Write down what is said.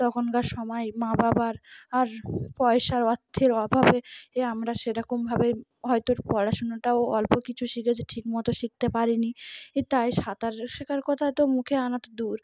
তখনকার সময় মা বাবার আর পয়সার অর্থের অভাবে এ আমরা সেরকমভাবেই হয়তো পড়াশুনাটাও অল্প কিছু শিখেছ ঠিক মতো শিখতে পারিনি এ তাই সাঁতার শেখার কথা তো মুখে আনাতো দূর